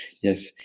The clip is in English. yes